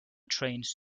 trains